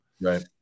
right